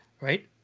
right